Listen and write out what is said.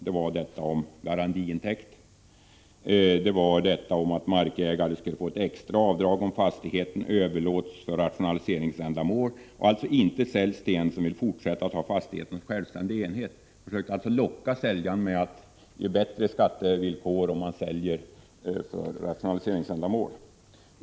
Hit hörde förslaget om garantiintäkt och förslaget att markägare skulle få ett extra avdrag om fastigheten överläts för rationaliseringsändamål och alltså inte såldes till en som ville fortsätta att ha fastigheten som självständig enhet. Man försökte således locka säljaren med att ge honom bättre skattevillkor om han sålde för rationaliseringsändamål.